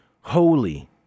holy